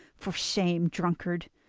for shame, drunkard